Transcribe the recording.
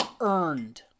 earned